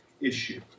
issue